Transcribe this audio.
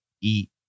eat